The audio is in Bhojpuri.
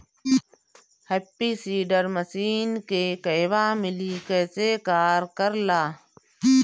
हैप्पी सीडर मसीन के कहवा मिली कैसे कार कर ला?